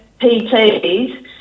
pts